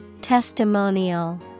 Testimonial